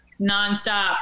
nonstop